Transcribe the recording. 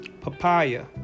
papaya